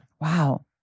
Wow